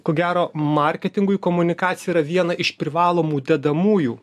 ko gero marketingui komunikacija yra viena iš privalomų dedamųjų